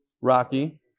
Rocky